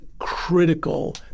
Critical